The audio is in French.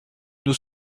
nos